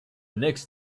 next